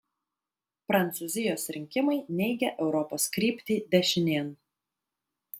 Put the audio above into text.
prancūzijos rinkimai neigia europos kryptį dešinėn